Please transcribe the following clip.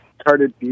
started